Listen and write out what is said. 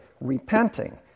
repenting